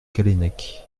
callennec